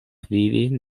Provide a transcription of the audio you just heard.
vivi